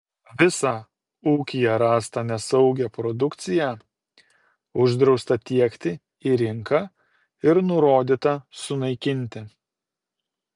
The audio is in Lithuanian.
visą ūkyje rastą nesaugią produkciją uždrausta tiekti į rinką ir nurodyta sunaikinti